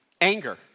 Anger